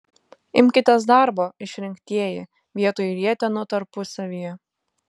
imkitės darbo išrinktieji vietoj rietenų tarpusavyje